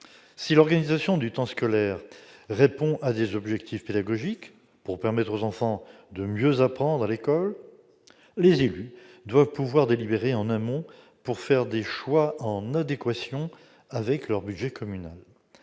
Si l'organisation du temps scolaire répond à des objectifs pédagogiques pour permettre aux enfants de mieux apprendre à l'école, les élus doivent pouvoir délibérer en amont pour faire des choix en adéquation avec leur budget communal.